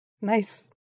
Nice